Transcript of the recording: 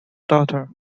doctor